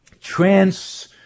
Trans